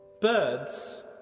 Birds